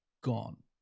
gone